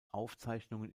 aufzeichnungen